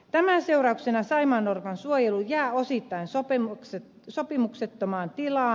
tämän seurauksena saimaannorpan suojelu jää osittain sopimuksettomaan tilaan